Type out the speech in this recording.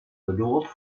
bedoeld